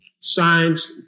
signs